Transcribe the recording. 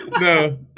No